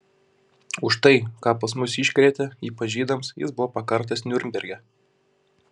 už tai ką pas mus iškrėtė ypač žydams jis buvo pakartas niurnberge